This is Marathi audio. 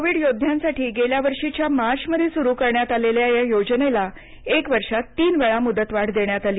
कोविड योध्यांसाठी गेल्या वर्षीच्या मार्चमध्ये सुरु करण्यात आलेल्या या योजनेला एक वर्षात तीन वेळा मुदत वाढ देण्यात आली